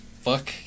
fuck